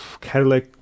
cadillac